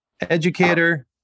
educator